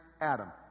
Adam